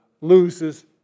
loses